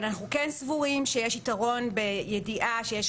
אבל אנחנו כן סבורים שיש יתרון בידיעה שיש